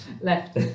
Left